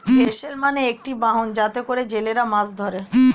vessel মানে একটি বাহন যাতে করে জেলেরা মাছ ধরে